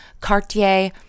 Cartier